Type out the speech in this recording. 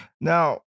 Now